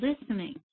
listening